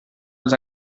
els